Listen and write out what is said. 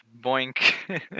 Boink